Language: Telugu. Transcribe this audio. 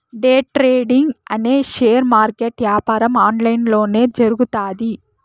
డే ట్రేడింగ్ అనే షేర్ మార్కెట్ యాపారం ఆన్లైన్ లొనే జరుగుతాది